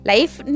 Life